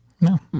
No